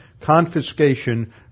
Confiscation